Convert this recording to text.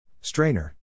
Strainer